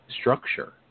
structure